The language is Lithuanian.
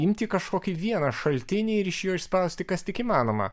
imti kažkokį vieną šaltinį ir iš jo išspausti kas tik įmanoma